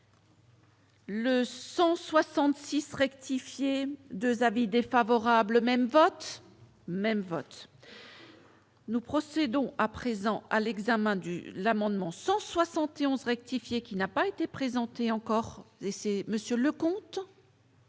Le 166 rectifier 2 avis défavorables même vote même vote. Nous procédons à présent à l'examen du l'amendement 171 rectifier, qui n'a pas été présenté encore laisser Monsieur le comte.